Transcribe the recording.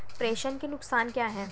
प्रेषण के नुकसान क्या हैं?